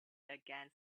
against